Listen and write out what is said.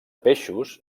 peixos